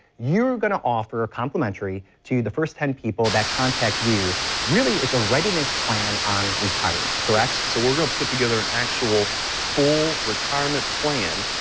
you're going to offer a complementary to the first ten people that contact you really it's a readiness plan on retirement, correct? so we're going to put together an actual full retirement plan,